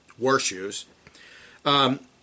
warshoes